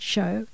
Show